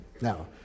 Now